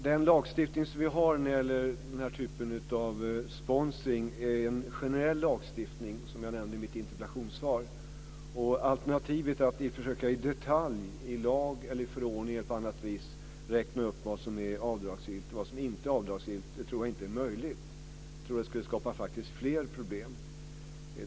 Herr talman! Den lagstiftning som vi har när det gäller den här typen av sponsring är en generell lagstiftning, som jag nämnde i mitt interpellationsvar. Alternativet att i lag, i förordning eller på annat vis i detalj försöka räkna upp vad som är avdragsgillt och vad som inte är det tror jag inte är möjligt. Det tror jag faktiskt skulle skapa fler problem.